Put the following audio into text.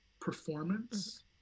performance